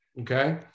Okay